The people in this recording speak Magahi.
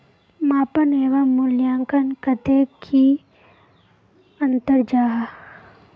मापन एवं मूल्यांकन कतेक की अंतर जाहा?